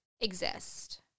exist